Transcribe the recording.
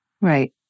Right